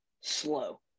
slow